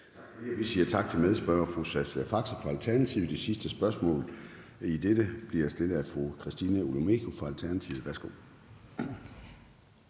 vi siger tak til medspørger fru Sascha Faxe fra Alternativet. Det sidste spørgsmål i dette bliver stillet af fru Christina Olumeko fra Alternativet.